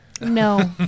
No